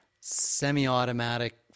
semi-automatic